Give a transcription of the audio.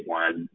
one